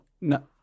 No